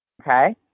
Okay